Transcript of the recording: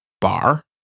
bar